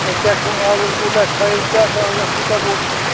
تۄہہِ کیٛاہ چھُو آنٛگُن کوٗتاہ چھُ سایز کیٛاہ چھُ آنٛگنَس کوٗتاہ بوٚڈ چھُ